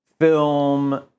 film